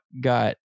got